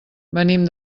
venim